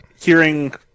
hearing